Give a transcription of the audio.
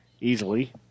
Easily